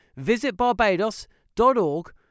visitbarbados.org